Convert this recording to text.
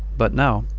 but now,